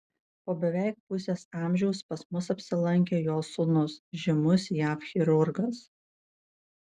po beveik pusės amžiaus pas mus apsilankė jo sūnus žymus jav chirurgas